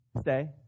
stay